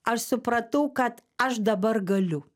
aš supratau kad aš dabar galiu